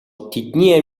тэдний